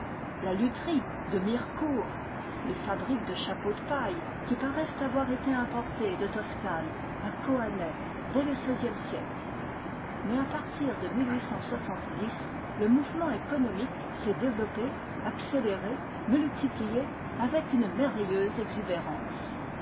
la lutherie de mirecourt les fabriques de chapeaux de paille qui paraissent avoir été importées de toscane à coanet dès le seizième siècle mais à partir de le mouvement économique s'est développé accéléré multiplié avec une merveilleuse exubérance